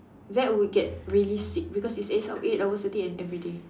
that would get really sick because it's eight eight hours a day and everyday